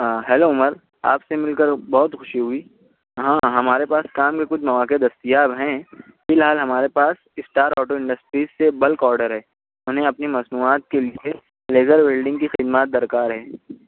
ہاں ہیلو عمر آپ سے مل کر بہت خوشی ہوئی ہاں ہمارے پاس کام کے کچھ مواقع دستیاب ہیں فی الحال ہمارے پاس اسٹار آٹو انڈسٹریز سے بلک آڈر ہے ہمیں اپنی مصنوعات کے لیے لیزر بلڈنگ کی خدمات درکار ہے